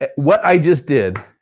and what i just did,